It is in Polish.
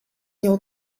nią